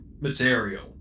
material